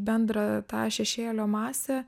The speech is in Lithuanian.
bendrą tą šešėlio masę